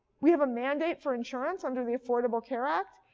we have a mandate for insurance under the affordable care act.